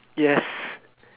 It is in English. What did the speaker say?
yes